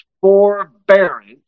forbearance